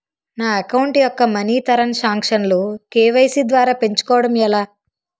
నా అకౌంట్ యెక్క మనీ తరణ్ సాంక్షన్ లు కే.వై.సీ ద్వారా పెంచుకోవడం ఎలా?